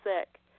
sick